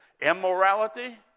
Immorality